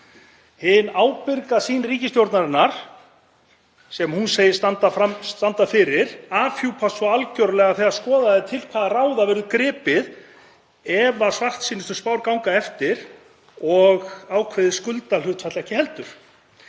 Hin ábyrga sýn ríkisstjórnarinnar, sem hún segist standa fyrir, afhjúpast svo algerlega þegar skoðað er til hvaða ráða verður gripið ef svartsýnustu spár ganga eftir og ákveðið skuldahlutfall ekki heldur.